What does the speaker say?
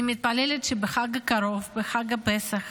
אני מתפללת שבחג הקרוב, בחג הפסח,